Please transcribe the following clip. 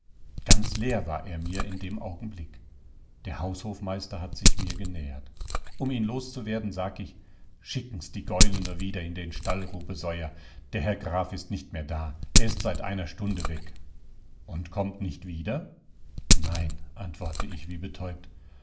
ganz leer war er mir in dem augenblick der haushofmeister hat sich mir genähert um ihn loszuwerden sag ich schicken's die gäule nur wieder in den stall rubesoier der herr graf ist nicht mehr da er ist seit einer stunde weg und kommt nicht wieder nein antworte ich wie betäubt